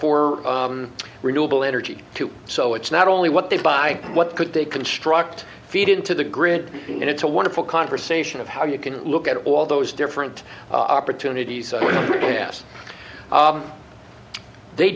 for renewable energy too so it's not only what they buy what could they construct feed into the grid and it's a wonderful conversation of how you can look at all those different opportunities